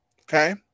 Okay